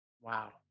Wow